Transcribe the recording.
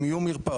אם יהיו מרפאות,